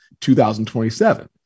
2027